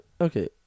okay